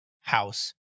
house